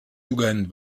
jogando